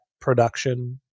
production